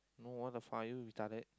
oh the fire retarted